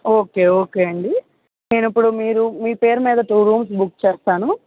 okay okay అండి నేను ఇప్పుడు మీరు మీ పేరు మీద టూ రూమ్స్ బుక్ చేస్తాను